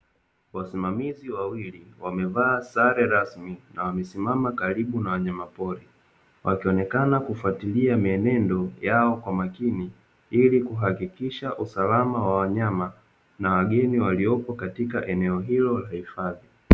Wasimamizi wawili wamevaa sare rasmi na wamesimama karibu na wanyamapori, wakionekana kufatilia mienendo yao kwa makini ili kuhakikisha usalama wa wanyama na wageni walioko katika eneo hilo la hifadhi.